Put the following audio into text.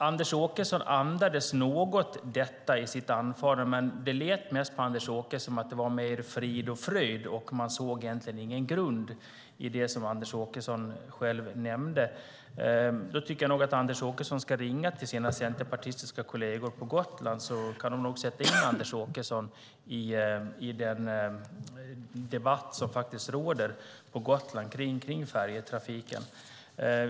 Anders Åkesson andades något om detta i sitt anförande. Men det lät mest på honom som om det var mer frid och fröjd, och man såg egentligen inte någon grund i det som Anders Åkesson själv nämnde. Jag tycker att han ska ringa till sina centerpartistiska kolleger på Gotland. De kan nog sätta in honom i den debatt som faktiskt pågår på Gotland kring färjetrafiken.